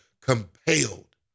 compelled